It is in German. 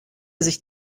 sich